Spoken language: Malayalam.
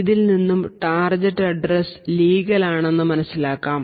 ഇതിൽ നിന്നും ടാർജറ്റ് ഡ്രസ്സ് ലീഗൽ ആണെന്ന് മനസ്സിലാക്കാം